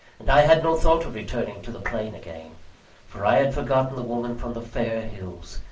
and i had no thought of returning to the plain again for i had forgotten the woman from the fair hills,